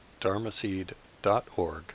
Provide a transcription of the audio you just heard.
dharmaseed.org